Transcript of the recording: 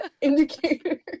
indicator